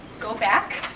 go back,